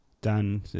Dan